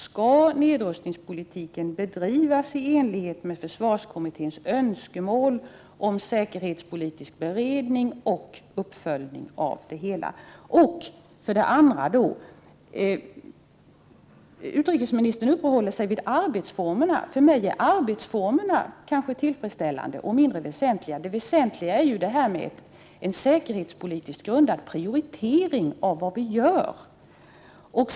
Skall nedrustningspolitiken bedrivas i enlighet med försvarskommitténs önskemål om säkerhetspolitisk beredning och uppföljning av det hela? Utrikesministern uppehåller sig vid arbetsformerna. För mig är kanske arbetsformerna tillfredsställande och mindre väsentliga. Det väsentliga är en säkerhetspolitiskt grundad prioritering av vad vi skall göra.